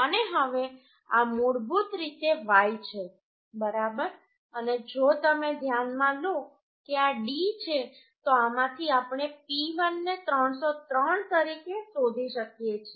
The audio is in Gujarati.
અને હવે આ મૂળભૂત રીતે Y છે બરાબર અને જો તમે ધ્યાનમાં લો કે આ d છે તો આમાંથી આપણે P1 ને 303 તરીકે શોધી શકીએ છીએ